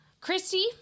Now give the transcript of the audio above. Christy